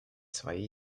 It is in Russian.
свои